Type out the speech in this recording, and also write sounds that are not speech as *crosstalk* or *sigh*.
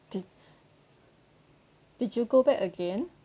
did *breath* did you go back again